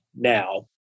now